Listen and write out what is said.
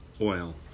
Oil